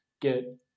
get